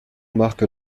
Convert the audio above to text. marque